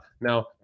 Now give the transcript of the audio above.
Now